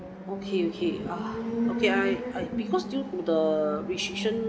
okay okay okay I I because due to the restriction